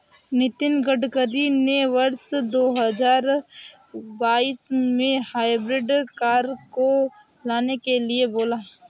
नितिन गडकरी ने वर्ष दो हजार बाईस में हाइब्रिड कार को लाने के लिए बोला